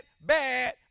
bad